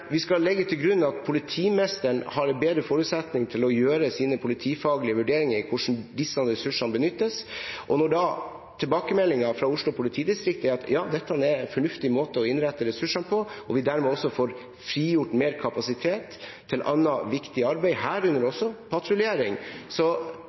vi skal legge til grunn at politimesteren har bedre forutsetninger for å gjøre politifaglige vurderinger av hvordan disse ressursene benyttes. Når tilbakemeldingene fra Oslo politidistrikt er at dette er fornuftige måter å innrette ressursene på, og vi dermed får frigjort mer kapasitet til annet viktig arbeid, herunder